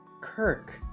kirk